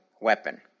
weapon